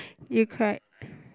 you cried